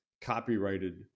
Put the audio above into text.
copyrighted